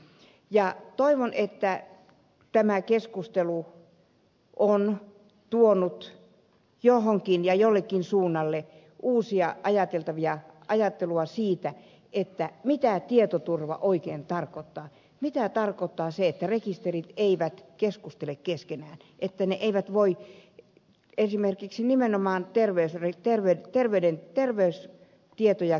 ja toivon että tämä keskustelu on tuonut johonkin ja jollekin suunnalle uutta ajattelua siitä mitä tietoturva oikein tarkoittaa mitä tarkoittaa se että rekisterit eivät keskustele keskenään esimerkiksi nimenomaan terveystietoja käsittelevät rekisterit